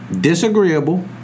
disagreeable